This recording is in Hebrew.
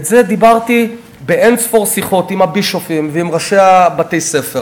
על זה דיברתי באין-ספור שיחות עם הבישופים ועם ראשי בתי-הספר.